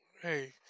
Hey